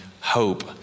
hope